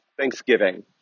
Thanksgiving